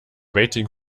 waiting